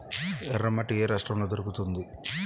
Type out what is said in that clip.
ఎర్రమట్టి ఏ రాష్ట్రంలో దొరుకుతుంది?